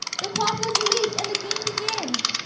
the quaffle is released and the game begins.